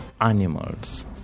animals